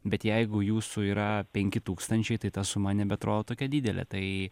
bet jeigu jūsų yra penki tūkstančiai tai ta suma nebeatrodo tokia didelė tai